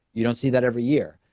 you don't see that every year.